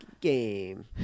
game